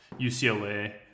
ucla